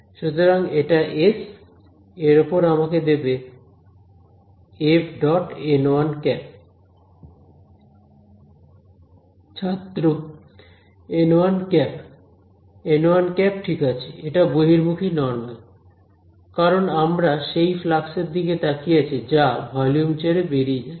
সুতরাং এটা s এর ওপর আমাকে দেবে ছাত্র ঠিক আছে এটা বহির্মুখী নরমাল কারণ আমরা সেই ফ্লাক্স এর দিকে তাকিয়ে আছি যা ভলিউম ছেড়ে বেরিয়ে যাচ্ছে